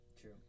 True